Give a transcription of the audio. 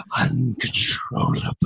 uncontrollable